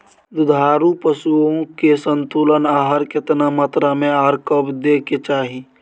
दुधारू पशुओं के संतुलित आहार केतना मात्रा में आर कब दैय के चाही?